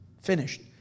Finished